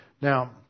Now